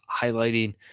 highlighting